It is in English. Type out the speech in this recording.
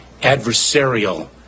adversarial